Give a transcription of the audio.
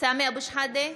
סמי אבו שחאדה,